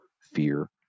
fear